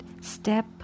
step